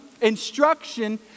instruction